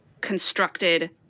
constructed